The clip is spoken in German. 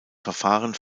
verfahren